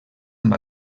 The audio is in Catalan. amb